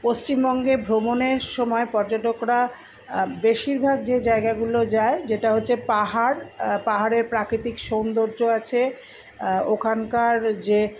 পশ্চিমবঙ্গে ভ্রমণের সময় পর্যটকরা বেশিরভাগ যে জায়গাগুলো যায় যেটা হচ্ছে পাহাড় পাহাড়ে প্রাকৃতিক সৌন্দর্য আছে ওখানকার যে